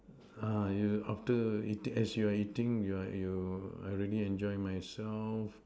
ah you after eating as you are eating you are you I really enjoying myself